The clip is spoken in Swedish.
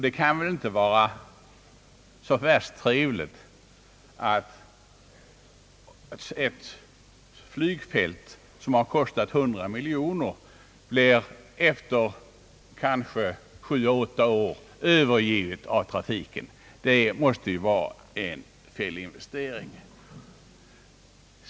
Det kan inte, herr Arne Pettersson, vara särskilt trevligt om ett flygfält som kostat 100 miljoner kronor efter kanske sju till åtta år blir övergivet av trafiken. Det måste i så fall vara en felinvestering.